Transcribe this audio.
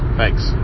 thanks